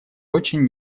очень